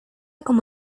como